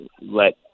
let